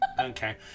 okay